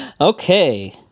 Okay